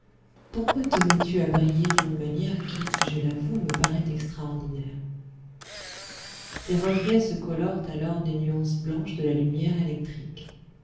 pourquoi te mets tu à briller d'une manière qui je l'avoue me paraît extraordinaire tes reflets se colorent alors des nuances blanches de la lumière électrique